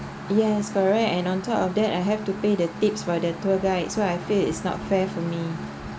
yes correct and on top of that I have to pay the tips for the tour guides so I feel it's not fair for me